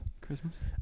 Christmas